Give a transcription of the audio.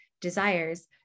desires